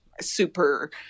super